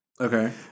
Okay